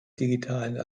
digitalen